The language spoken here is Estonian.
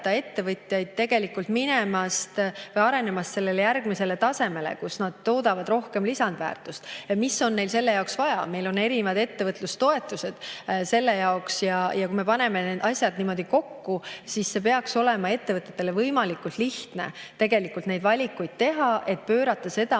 ettevõtjatel minna või areneda sellele järgmisele tasemele, kus nad toodavad rohkem lisandväärtust? Mis on neil selle jaoks vaja? Meil on erinevad ettevõtlustoetused selle jaoks. Kui me paneme need asjad niimoodi kokku, siis peaks olema ettevõtetel võimalikult lihtne tegelikult neid valikuid teha, et pöörata seda